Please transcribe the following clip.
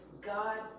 God